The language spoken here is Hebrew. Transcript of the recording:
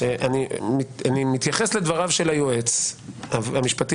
אני מתייחס לדבריו של היועץ המשפטי